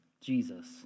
Jesus